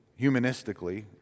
humanistically